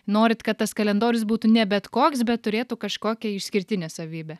norit kad tas kalendorius būtų ne bet koks bet turėtų kažkokią išskirtinę savybę